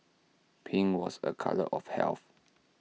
pink was A colour of health